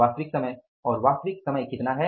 वास्तविक समय और वास्तविक समय कितना है